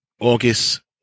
August